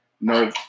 No